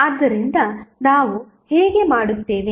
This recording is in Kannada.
ಆದ್ದರಿಂದ ನಾವು ಹೇಗೆ ಮಾಡುತ್ತೇವೆ